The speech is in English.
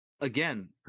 again